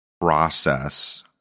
process